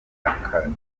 akadiho